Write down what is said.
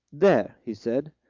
there, he said,